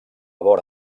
vora